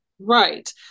Right